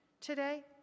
today